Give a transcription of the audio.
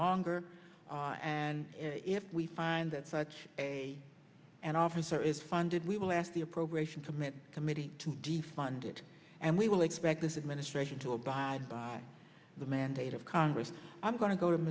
longer and if we find that such a an officer is funded we will ask the appropriations committee committee to defund it and we will expect this administration to abide by the mandate of congress i'm going to go to